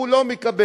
הוא לא מקבל.